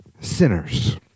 sinners